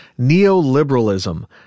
Neoliberalism